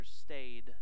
stayed